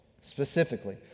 specifically